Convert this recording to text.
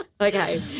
Okay